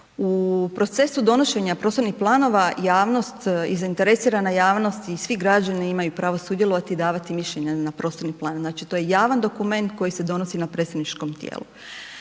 U procesu donošenja prostornih planova, javnost i zainteresirana javnost i svi građanima imaju pravo sudjelovati i davati mišljenje na prostorni plan, znači to je javan dokument koji se donosi na predsjedničkom tijelu.